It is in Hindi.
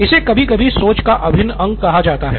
इसे कभी कभी सोच का अभिन्न अंग कहा जाता है